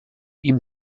ihm